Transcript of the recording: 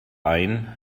ain